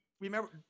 remember